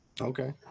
Okay